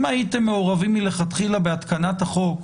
אם הייתם מעורבים מלכתחילה בהתקנת החוק,